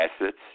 assets